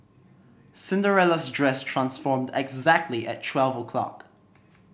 Cinderella's dress transformed exactly at twelve o' clock